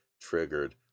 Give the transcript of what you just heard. triggered